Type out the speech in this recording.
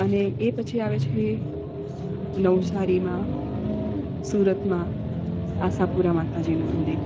અને એ પછી આવે છે નવસારીમાં સુરતમાં આશાપુરા માતાજીનું મંદિર